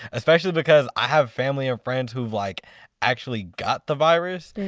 especially because i have family ah friends who like actually got the virus.